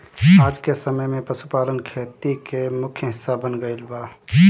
आजके समय में पशुपालन खेती के मुख्य हिस्सा बन गईल बा